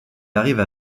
arrive